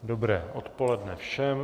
Dobré odpoledne všem.